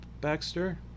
Baxter